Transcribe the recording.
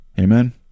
Amen